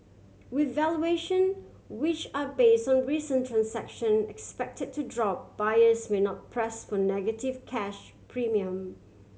with valuation which are base on recent transaction expected to drop buyers may not press for negative cash premium